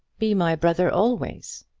be my brother always.